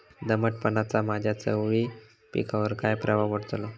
दमटपणाचा माझ्या चवळी पिकावर काय प्रभाव पडतलो?